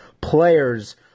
players